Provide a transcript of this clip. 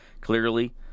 clearly